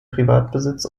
privatbesitz